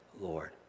Lord